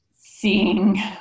seeing